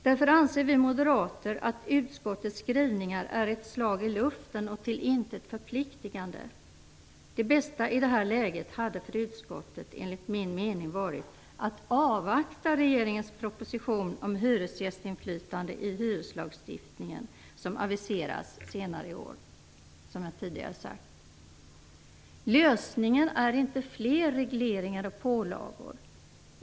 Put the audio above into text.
Därför anser vi moderater att utskottets skrivningar är ett slag i luften och till intet förpliktande. Det bästa i det här läget hade enligt min mening varit om utskottet avvaktat regeringens proposition om hyresgästinflytande i hyreslagstiftningen som aviseras komma senare i år, som jag tidigare sagt. Lösningen är inte fler regleringar och pålagor.